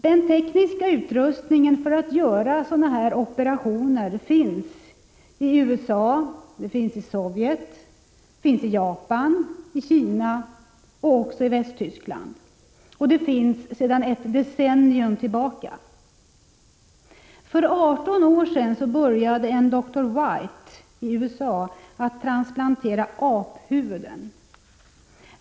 Den tekniska utrustningen för att göra sådana operationer finns sedan ett decennium i USA, Sovjet, Japan, Kina och Västtyskland. För 18 år sedan började en dr White i USA att transplantera aphuvuden.